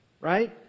right